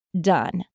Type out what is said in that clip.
done